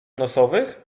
nosowych